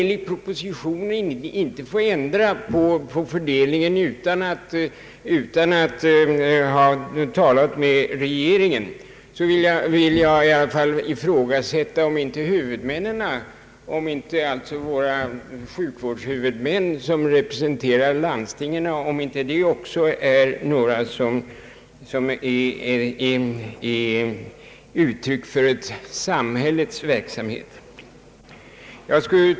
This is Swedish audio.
Enligt propositionen får emellertid socialstyrelsen inte ändra fördelningen utan att först ha talat med regeringen. Man frågar sig f. ö. här om inte sjukvårdshuvudmännen, dvs. landstingen, också företräder samhället.